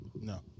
No